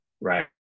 right